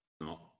No